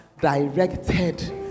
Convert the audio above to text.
directed